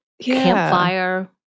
campfire